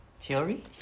Theory